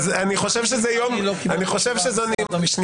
אני לא קיבלתי תשובה ממשרד המשפטים.